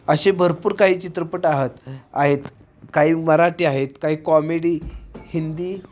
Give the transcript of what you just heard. असे भरपूर काही चित्रपट आहात आहेत काही मराठी आहेत काही कॉमेडी हिंदी